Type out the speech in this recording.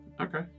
Okay